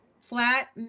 Flat